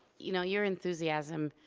you know your enthusiasm,